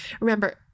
Remember